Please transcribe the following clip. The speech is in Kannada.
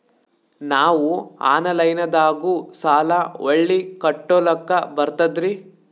ನಾವು ಆನಲೈನದಾಗು ಸಾಲ ಹೊಳ್ಳಿ ಕಟ್ಕೋಲಕ್ಕ ಬರ್ತದ್ರಿ?